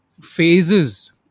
phases